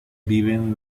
viven